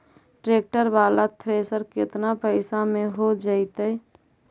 Tractor बाला thresher केतना पैसा में हो जैतै?